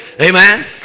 Amen